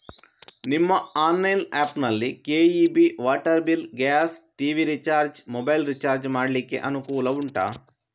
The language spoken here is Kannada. ನಿಮ್ಮ ಆನ್ಲೈನ್ ಆ್ಯಪ್ ನಲ್ಲಿ KEB, water bill, gas, TV recharge, mobile recharge ಮಾಡ್ಲಿಕ್ಕೆ ಅನುಕೂಲ ಉಂಟಾ